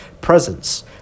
Presence